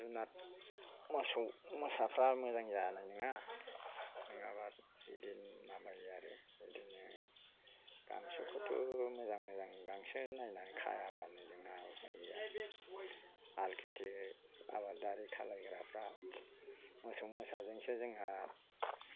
जुनार मोसौ मोसाफ्रा मोजां जानाय नङा नङाबा बिदिनो माबायो आरो बिदिनो गांसोखौथ' मोजां मोजां गांसो नायनानै खायाबानो जोंना गैया हाल खेति आबादारि खालायग्राफ्रा मोसौ मोसाजोंसो जोंहा